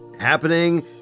happening